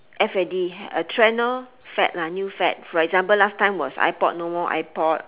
F A D a trend lor fad lah new fad for example last time was ipod no more ipod